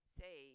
say